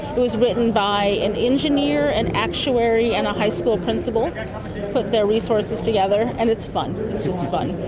it was written by an engineer, an actuary and a high school principal who and put their resources together. and it's fun, it's just fun.